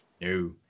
No